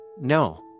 no